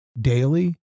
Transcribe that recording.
daily